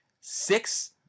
six